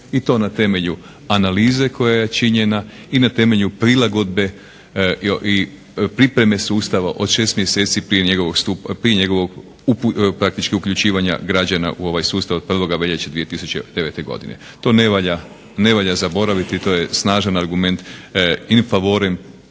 i to na temelju analize koja je činjena i na temelju prilagodbe i pripreme sustava od 6 mjeseci prije njegovog praktički uključivanja građana u ovaj sustav 1. veljače 2009. godine. To ne valja zaboraviti, to je snažan argument in favorem